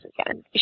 again